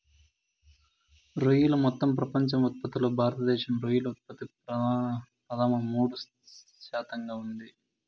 రొయ్యలు మొత్తం ప్రపంచ ఉత్పత్తిలో భారతదేశంలో రొయ్యల ఉత్పత్తి పదమూడు శాతంగా ఉంది